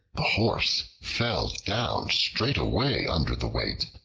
the horse fell down straightway under the weight,